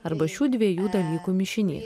arba šių dviejų dalykų mišinys